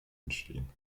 entstehen